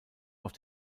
auf